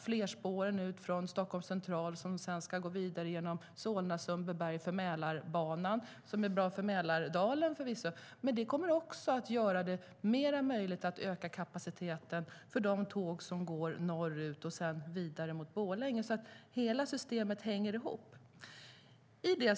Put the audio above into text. Flerspåren ut från Stockholms central, som sedan ska gå genom Solna och Sundbyberg och vidare på Mälarbanan, är förvisso bra för Mälardalen men kommer också att göra det möjligt att öka kapaciteten för de tåg som går norrut mot Borlänge. Hela systemet hänger ihop.